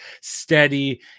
steady